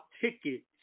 tickets